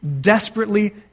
desperately